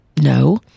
No